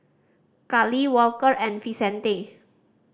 Kallie Walker and Vicente